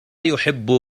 يحب